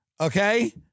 Okay